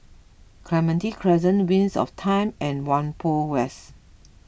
Clementi Crescent Wings of Time and Whampoa West